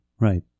Right